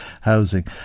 housing